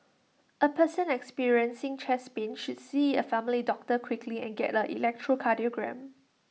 A person experiencing chest pain should see A family doctor quickly and get an electrocardiogram